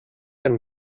einen